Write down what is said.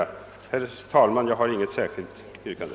Herr talman! Jag har inget särskilt yrkande.